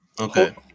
Okay